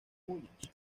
múnich